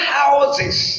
houses